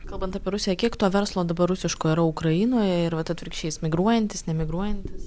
kalbant apie rusiją kiek to verslo dabar rusiško yra ukrainoje ir vat atvirkščiai migruojantis nemigruojantis